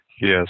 Yes